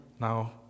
now